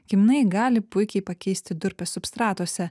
kiminai gali puikiai pakeisti durpes substratuose